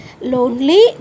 lonely